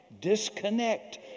Disconnect